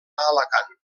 alacant